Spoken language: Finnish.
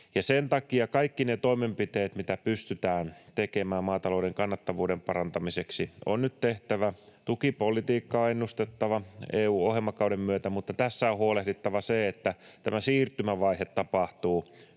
Sen takia kaikki ne toimenpiteet, joita pystytään tekemään maatalouden kannattavuuden parantamiseksi, on nyt tehtävä, tukipolitiikkaa on ennustettava EU-ohjelmakauden myötä, mutta tässä on huolehdittava se, että tämä siirtymävaihe tapahtuu